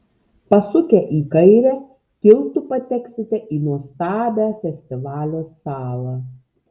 pasukę į kairę tiltu pateksite į nuostabią festivalio salą